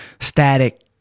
static